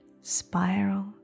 spiral